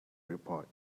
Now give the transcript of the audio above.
report